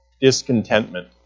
discontentment